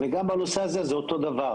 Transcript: וגם בנושא הזה זה אותו הדבר.